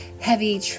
heavy